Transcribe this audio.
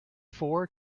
four